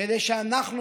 כדי שאנחנו,